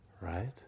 Right